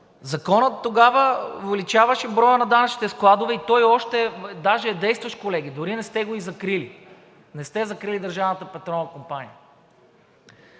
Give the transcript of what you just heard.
Законът тогава увеличаваше броя на данъчните складове и той даже е действащ, колеги. Дори не сте го и закрили, не сте закрили